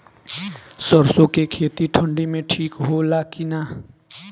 सरसो के खेती ठंडी में ठिक होला कि ना?